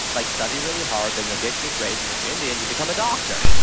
like study really hard then you'll get good grades and if you're indian, you become a doctor